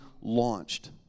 launched